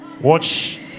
Watch